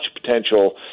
potential